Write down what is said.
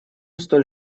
столь